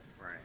right